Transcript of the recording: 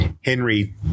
henry